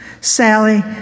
Sally